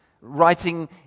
Writing